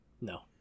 No